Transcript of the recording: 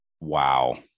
Wow